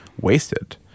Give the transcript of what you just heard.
wasted